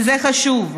וזה חשוב,